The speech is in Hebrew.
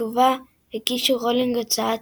בתגובה הגישו רולינג, הוצאת